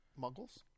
Muggles